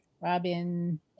Robin